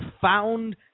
found